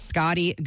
Scotty